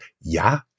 Ja